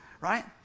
Right